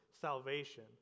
salvation